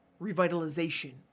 revitalization